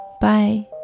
Bye